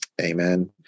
amen